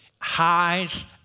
highs